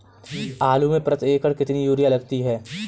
आलू में प्रति एकण कितनी यूरिया लगती है?